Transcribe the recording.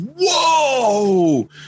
whoa